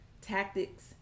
tactics